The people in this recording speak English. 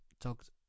talked